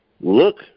look